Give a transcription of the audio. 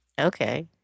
Okay